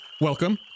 Welcome